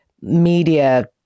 media